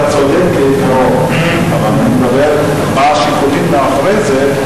אתה צודק בעיקרון, אבל מה השיקולים מאחורי זה?